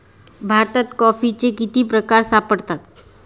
भारतात कॉफीचे किती प्रकार सापडतात?